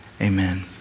amen